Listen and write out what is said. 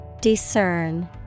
Discern